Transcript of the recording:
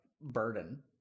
burden